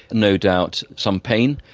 no doubt, some pain,